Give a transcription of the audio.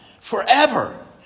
forever